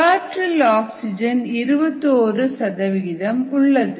காற்றில் ஆக்சிஜன் 21 சதவிகிதம் உள்ளது